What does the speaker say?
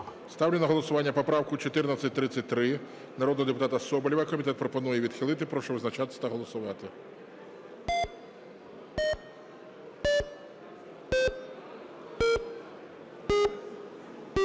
Ставлю на голосування поправку 1433 народного депутата Соболєва. Комітет пропонує відхилити. Прошу визначатись та голосувати.